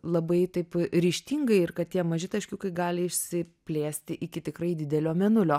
labai taip ryžtingai ir kad tie maži taškiukai gali išsiplėsti iki tikrai didelio mėnulio